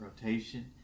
rotation